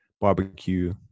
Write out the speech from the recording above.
barbecue